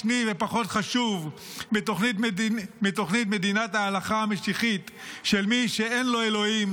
משני ופחות חשוב מתוכנית מדינת ההלכה המשיחית של מי שאין לו אלוהים